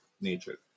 nature